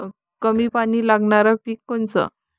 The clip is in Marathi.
कमी पानी लागनारं पिक कोनचं?